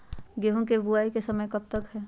गेंहू की बुवाई का समय कब तक है?